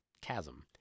chasm